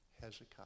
Hezekiah